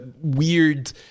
weird